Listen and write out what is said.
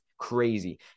crazy